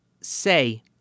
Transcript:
say